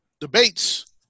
debates